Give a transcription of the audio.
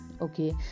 okay